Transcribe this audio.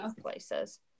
places